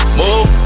move